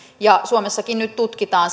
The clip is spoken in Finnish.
suomessakin nyt tutkitaan